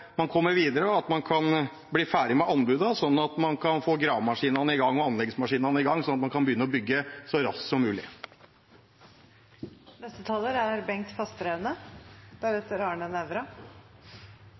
man kommer videre, og at man kan bli ferdig med anbudene, slik at man kan få gravemaskinene og anleggsmaskinene i gang og begynne å bygge så raskt som mulig. Det er